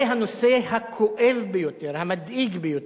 זה הנושא הכואב ביותר, המדאיג ביותר,